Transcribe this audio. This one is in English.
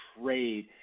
trade